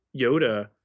Yoda